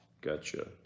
Gotcha